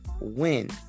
win